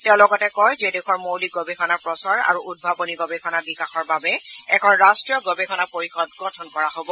তেওঁ লগতে কয় যে দেশৰ মৌলিক গৱেষণা প্ৰচাৰ আৰু উদ্ভাৱনী গৱেষণা বিকাশৰ বাবে এখন ৰাষ্ট্ৰীয় গৱেষণা পৰিষদ গঠন কৰা হ'ব